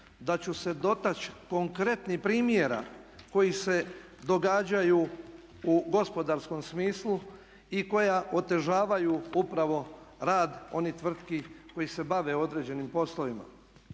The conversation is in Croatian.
da ću se dotaći konkretnih primjera koji se događaju u gospodarskom smislu i koja otežavaju upravo rad onih tvrtki koji se bave određenim poslovima.